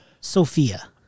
Sophia